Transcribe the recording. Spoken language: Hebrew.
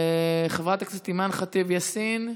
חברת הכנסת אימאן ח'טיב יאסין,